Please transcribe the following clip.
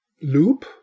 loop